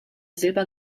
silber